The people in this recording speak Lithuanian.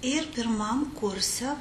ir pirmam kurse